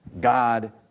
God